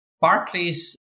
Barclays